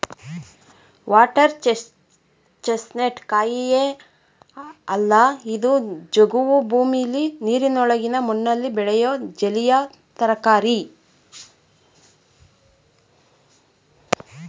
water chestnut ಕಾಯಿಯೇ ಅಲ್ಲ ಇದು ಜವುಗು ಭೂಮಿಲಿ ನೀರಿನೊಳಗಿನ ಮಣ್ಣಲ್ಲಿ ಬೆಳೆಯೋ ಜಲೀಯ ತರಕಾರಿ